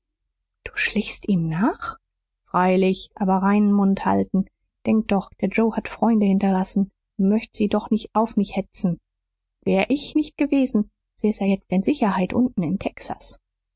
du schlichst ihm nach freilich aber reinen mund halten denk doch der joe hat freunde hinterlassen möcht sie doch nicht auf mich hetzen wär ich nicht gewesen säß er jetzt in sicherheit unten in texas